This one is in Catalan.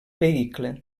vehicle